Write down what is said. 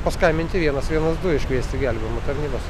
paskambinti vienas vienas du iškviesti gelbėjimo tarnybas